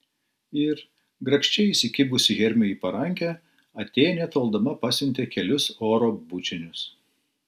ir grakščiai įsikibusi hermiui į parankę atėnė toldama pasiuntė kelis oro bučinius